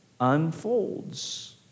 unfolds